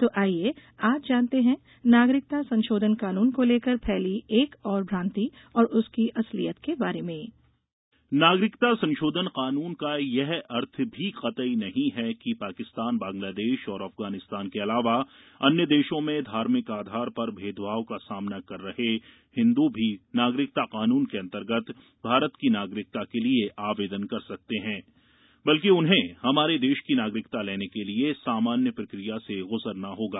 तो आईये आज जानते हैं नागरिकता संशोधन कानून को लेकर फैली एक और भ्रान्ति और उसकी असलियत के बारे में नागरिकता संशोधन कानून का यह अर्थ भी कतई नहीं है कि पाकिस्तान बांग्लादेश और अफगानिस्तान के अलावा अन्य देशों में धार्मिक आधार पर भेदभाव का सामना कर रहे हिंदू भी नागरिकता कानून के अंतर्गत भारत की नागरिकता के लिए आवेदन कर सकते हैं बल्कि उन्हें हमारे देश की नागरिकता लेने के लिए सामान्य प्रक्रिया से ग्जरना होगा